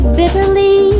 bitterly